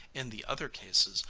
in the other cases,